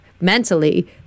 mentally